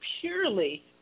purely